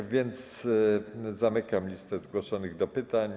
A więc zamykam listę zgłoszonych do pytań.